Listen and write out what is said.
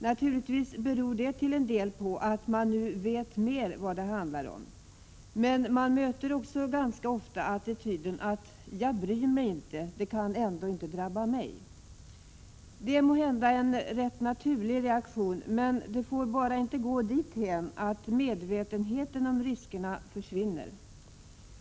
Naturligtvis beror det till en del på att man nu vet mer om vad det handlar om, men vi möter också ganska ofta attityden: jag bryr mig inte, det kan ändå inte drabba mig. Det är måhända en rätt naturlig reaktion, men det får bara inte gå dithän att medvetenheten om riskerna försvinner.